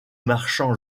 marchand